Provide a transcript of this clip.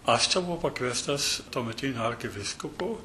aš čia buvau pakviestas tuometinio arkivyskupo